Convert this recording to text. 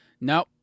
No